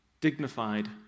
dignified